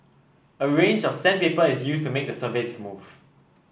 a range of sandpaper is used to make the surface smooth